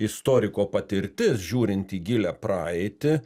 istoriko patirtis žiūrint į gilią praeitį